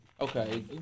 Okay